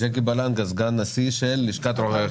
סגן נשיא לשכת רואי החשבון.